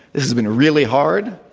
it s been really hard,